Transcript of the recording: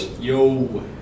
Yo